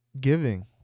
giving